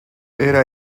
era